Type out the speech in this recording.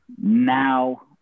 now